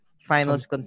finals